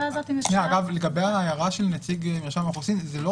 לגבי ההערה של נציג רשות האוכלוסין גם